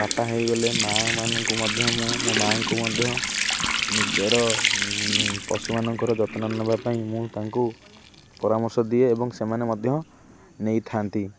ବାପା ହେଇଗଲେ ମାଆ ମାନଙ୍କୁ ମଧ୍ୟ ମୁଁ ମୋ ମାଆଙ୍କୁ ମଧ୍ୟ ନିଜର ପଶୁମାନଙ୍କର ଯତ୍ନ ନେବା ପାଇଁ ମୁଁ ତାଙ୍କୁ ପରାମର୍ଶ ଦିଏ ଏବଂ ସେମାନେ ମଧ୍ୟ ନେଇଥାନ୍ତି